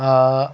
آ